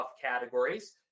categories